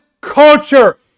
culture